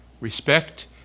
Respect